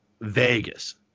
Vegas